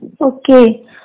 Okay